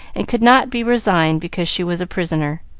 and could not be resigned, because she was a prisoner.